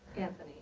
anthony.